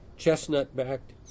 Chestnut-backed